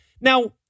Now